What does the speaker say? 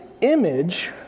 image